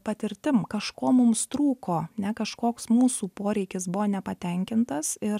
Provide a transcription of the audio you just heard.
patirtim kažko mums trūko ne kažkoks mūsų poreikis buvo nepatenkintas ir